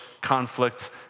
conflict